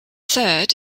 third